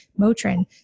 Motrin